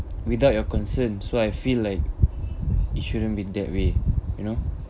without your concern so I feel like it shouldn't be that way you know